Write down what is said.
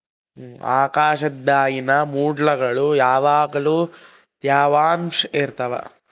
ಆಕಾಶ್ದಾಗಿನ ಮೊಡ್ಗುಳು ಯಾವಗ್ಲು ತ್ಯವಾಂಶ ಇರ್ತವ